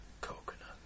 Coconut